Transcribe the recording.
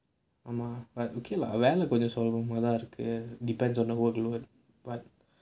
ஆமா:aama but okay lah வேலை கொஞ்சம் சொல்ற மாதிரி தான் இருக்கு:velai konjam solra maathiri thaan irukku depends on the workload but